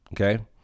okay